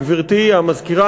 גברתי המזכירה,